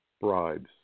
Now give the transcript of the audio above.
bribes